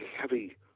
heavy